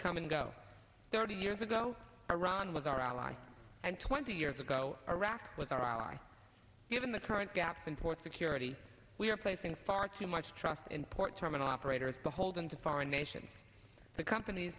come and go thirty years ago iran was our ally and twenty years ago arac was our ally given the current gap in port security we are i think far too much trust in port terminal operators beholden to foreign nations the companies